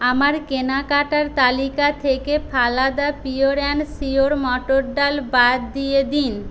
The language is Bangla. আমার কেনাকাটার তালিকা থেকে ফালাদা পিওর অ্যান্ড শিওর মটর ডাল বাদ দিয়ে দিন